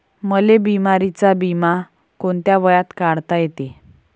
मले बिमारीचा बिमा कोंत्या वयात काढता येते?